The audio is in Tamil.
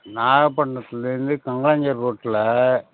நாகபட்னத்திலேருந்து கங்கலாஞ்சேரி ரோட்டில